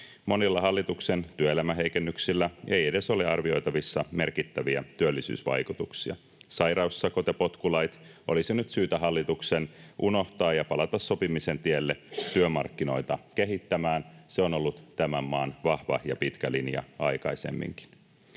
Monille hallituksen työelämäheikennyksille ei edes ole arvioitavissa merkittäviä työllisyysvaikutuksia. Sairaussakot ja potkulait olisi nyt syytä hallituksen unohtaa ja palata sopimisen tielle työmarkkinoita kehittämään. Se on ollut tämän maan vahva ja pitkä linja aikaisemminkin.